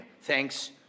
Thanks